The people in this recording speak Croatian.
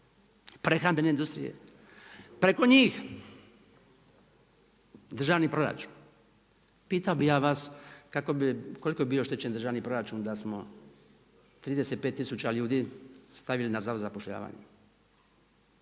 prehrambene industrije, preko njih državni proračun, pitao bih ja vas koliko bi bio oštećen državni proračun da smo 35 tisuća ljudi stavili na zavod za zapošljavanje.